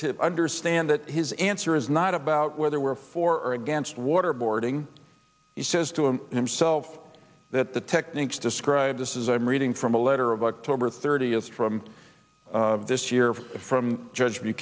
to understand that his answer is not about whether we're for or against waterboarding he says to him himself that the techniques described this is i'm reading from a letter of october thirtieth from this year from judge